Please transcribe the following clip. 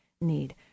need